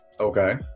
okay